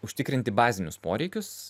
užtikrinti bazinius poreikius